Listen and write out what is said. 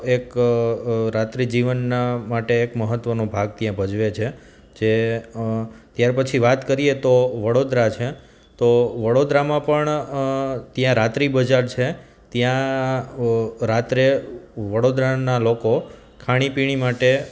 એક રાત્રિ જીવનનાં માટે એક મહત્ત્વનો ભાગ ત્યાં ભજવે છે જે ત્યાર પછી વાત કરીએ તો વડોદરા છે તો વડોદરામાં પણ ત્યાં રાત્રિ બજાર છે ત્યાં રાત્રે વડોદરાનાં લોકો ખાણીપીણી માટે